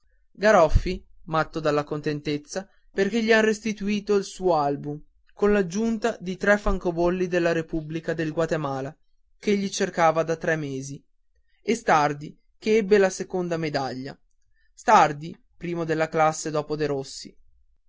garoffi matto dalla contentezza perché gli han restituito il suo album con l'aggiunta di tre francobolli della repubblica di guatemala ch'egli cercava da tre mesi e stardi che ebbe la seconda medaglia stardi primo della classe dopo derossi